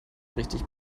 richtig